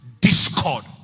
discord